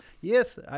yes